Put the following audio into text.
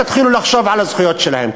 תתחילו לחשוב על הזכויות שלהם.